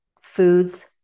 foods